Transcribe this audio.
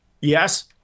Yes